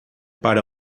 para